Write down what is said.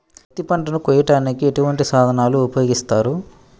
పత్తి పంటను కోయటానికి ఎటువంటి సాధనలు ఉపయోగిస్తారు?